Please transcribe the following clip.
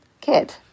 Kid